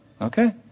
Okay